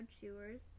chewers